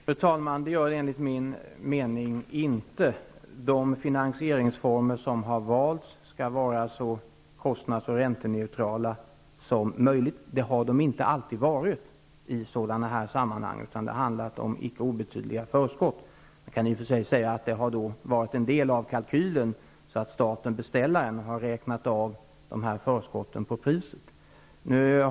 Fru talman! Det finns det enligt min mening inte. De finansieringsformer som har valts skall vara så kostnads och ränteneutrala som möjligt. Det har de inte alltid varit i sådana sammanhang. Det har varit fråga om icke obetydliga förskott, som då har utgjort en del av kalkylen så till vida att staten, dvs. beställaren, har räknat av förskotten på priset.